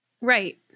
right